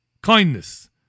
Kindness